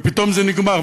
ופתאום זה נגמר.